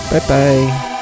Bye-bye